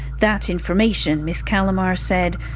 that information, ms callamard said,